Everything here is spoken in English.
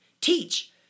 Teach